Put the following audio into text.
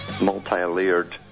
multi-layered